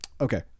okay